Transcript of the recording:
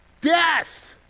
Death